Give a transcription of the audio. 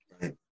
Right